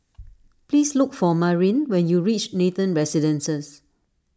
please look for Marin when you reach Nathan Residences